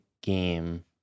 game